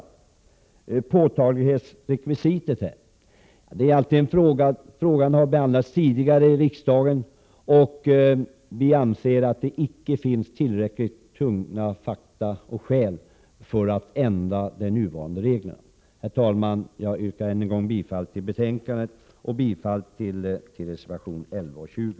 När det gäller påtaglighetsrekvisitet vill jag påpeka att frågan har behandlats tidigare i riksdagen och att det icke finns tillräckligt tunga skäl för att ändra de nuvarande reglerna. Herr talman! Jag yrkar än en gång bifall till utskottets hemställan och till reservationerna 11 och 20.